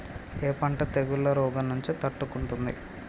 ఏ పంట తెగుళ్ల రోగం నుంచి తట్టుకుంటుంది?